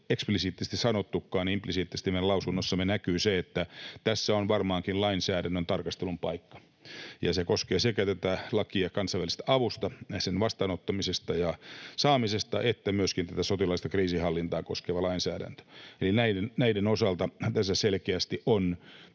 eksplisiittisesti sanotakaan, niin implisiittisesti meidän mietinnössämme näkyy se — että tässä on varmaankin lainsäädännön tarkastelun paikka. Ja se koskee sekä tätä lakia kansainvälisestä avusta, sen vastaanottamisesta ja saamisesta, että myöskin tätä sotilaallista kriisinhallintaa koskevaa lainsäädäntöä. Eli näiden osalta tässä selkeästi on